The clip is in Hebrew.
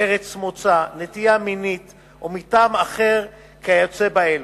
ארץ מוצא, נטייה מינית או מטעם אחר כיוצא באלו.